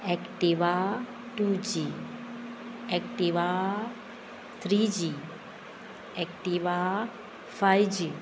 Activa two G Activa three G Activa five G